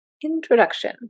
Introduction